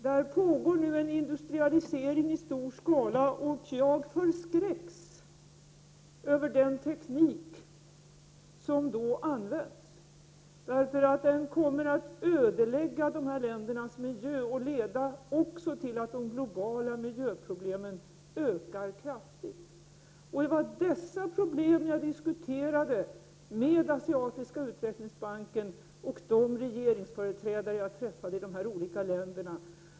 Det pågår en industrialisering i stor skala, och jag förskräcks över den teknik som då används, eftersom den kommer att ödelägga dessa länders miljö och också leda till att de globala miljöproblemen ökar kraftigt. Det var dessa problem jag diskuterade med Asiatiska Utvecklingsbanken och de regeringsföreträdare jag träffade i de olika länderna.